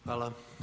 Hvala.